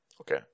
Okay